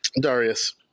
Darius